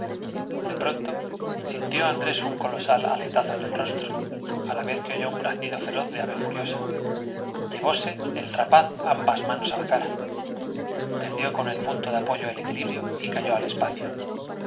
de pronto sintió andrés un colosal aletazo en el rostro á la vez que oyó un graznido feroz de ave furiosa llevóse el rapaz ambas manos á la cara perdió con el punto de rapaz ambas manos apoyo el equilibrio y cayó al espacio